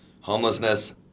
Homelessness